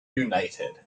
united